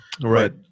Right